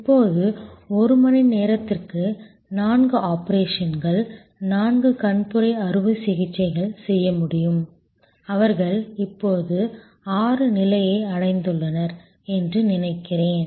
இப்போது ஒரு மணி நேரத்திற்கு நான்கு ஆபரேஷன்கள் நான்கு கண்புரை அறுவை சிகிச்சைகள் செய்ய முடியும் அவர்கள் இப்போது ஆறு நிலையை அடைந்துள்ளனர் என்று நினைக்கிறேன்